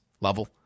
level